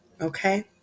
Okay